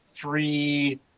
three